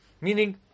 Meaning